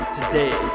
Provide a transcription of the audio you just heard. Today